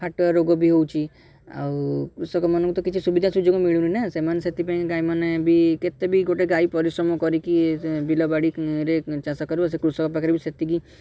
ଫାଟୁଆ ରୋଗ ବି ହେଉଛି ଆଉ କୃଷକମାନଙ୍କୁ ତ କିଛି ସୁବିଧା ସୁଯୋଗ ମିଳୁନି ନା ସେମାନେ ସେଥିପାଇଁ ଗାଈମାନେ ବି କେତେ ବି ଗୋଟେ ଗାଈ ପରିଶ୍ରମ କରିକି ବିଲବାଡ଼ିରେ ଚାଷ କରିବ ସେ କୃଷକ ପାଖରେ ବି ସେତିକି